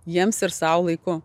jiems ir sau laiku